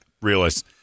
realize